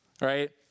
Right